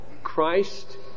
Christ